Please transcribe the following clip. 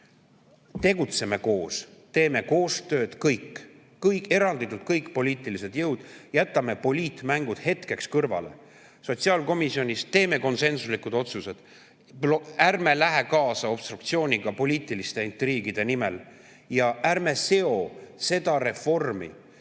Tegutseme koos, teeme koostööd kõik, eranditult kõik poliitilised jõud, jätame poliitmängud hetkeks kõrvale. Sotsiaalkomisjonis teeme konsensuslikud otsused. Ärme läheme kaasa obstruktsiooniga poliitiliste intriigide nimel ja ärme seome seda reformi